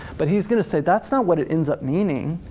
but he's gonna say that's not what it ends up meaning.